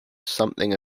something